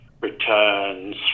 returns